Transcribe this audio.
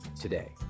today